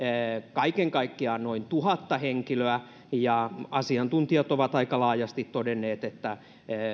kaiken kaikkiaan noin tuhatta henkilöä ja asiantuntijat ovat aika laajasti todenneet että